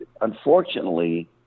unfortunately